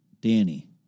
Danny